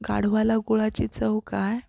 गाढवाला गुळाची चव काय